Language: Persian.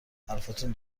حرفاتون